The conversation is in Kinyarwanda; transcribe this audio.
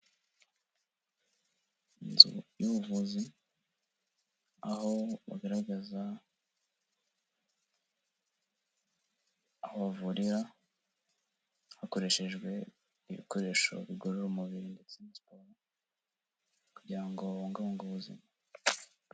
Inzu y'ubuvuzi, aho bagaragaza aho bavurira hakoreshejwe ibikoresho bigorora umubiri ndetse na siporo kugira ngo babungabunge ubuzima.